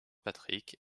patrick